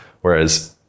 Whereas